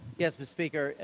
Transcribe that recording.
yes, ms. speaker.